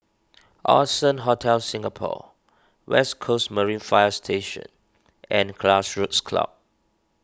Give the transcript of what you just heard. Allson Hotel Singapore West Coast Marine Fire Station and Grassroots Club